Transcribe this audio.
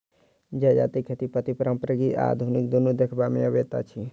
जजातिक खेती पद्धति पारंपरिक आ आधुनिक दुनू देखबा मे अबैत अछि